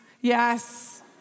Yes